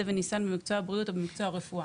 וניסיון במקצוע הבריאות או במקצוע הרפואה.